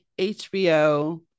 HBO